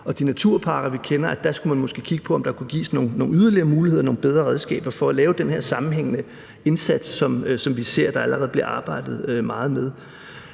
og naturparker, vi kender, kunne gives nogle yderligere muligheder og nogle bedre redskaber for at lave den her sammenhængende indsats, som vi ser der allerede bliver arbejdet meget med.